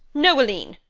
noeline!